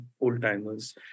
old-timers